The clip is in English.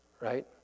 Right